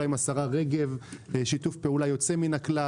עם השרה רגב שיתוף פעולה יוצא מן הכלל.